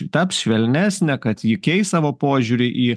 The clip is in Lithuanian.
taps švelnesnė kad ji keis savo požiūrį į